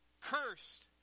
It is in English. Cursed